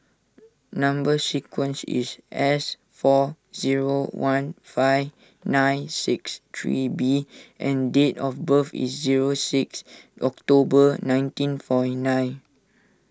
Number Sequence is S four zero one five nine six three B and date of birth is zero six October nineteen forty nine